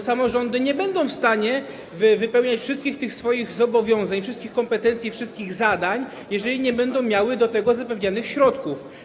Samorządy nie będą w stanie wypełniać wszystkich swoich zobowiązań, wszystkich kompetencji i wszystkich zadań, jeżeli nie będą miały do tego zapewnionych środków.